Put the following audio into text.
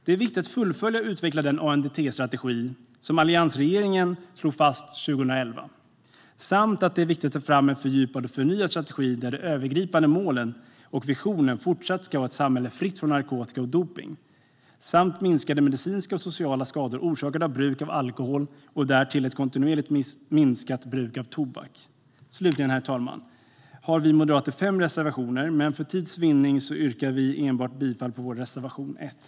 Det är viktigt att fullfölja och utveckla den ANDT-strategi som alliansregeringen slog fast 2011. Och det är viktigt att ta fram en fördjupad och förnyad strategi där de övergripande målen och visionerna fortsatt ska vara: ett samhälle fritt från narkotika och dopning, minskade medicinska och sociala skador orsakade av bruk av alkohol och ett kontinuerligt minskat bruk av tobak. Herr talman! Vi moderater har fem reservationer, men för tids vinnande yrkar jag bifall enbart till reservation 1.